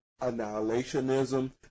annihilationism